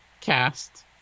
cast